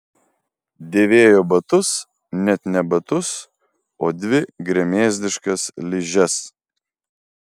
dėvėjo batus net ne batus o dvi gremėzdiškas ližes